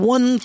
One